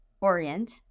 orient